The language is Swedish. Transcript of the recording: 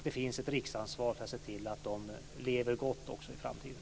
Det finns ett riksansvar för att se till att de lever gott också i framtiden.